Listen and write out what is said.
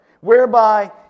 whereby